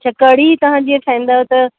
अच्छा कढ़ी तव्हां जीअं ठाहींदा आहियो त